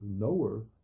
lower